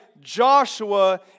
Joshua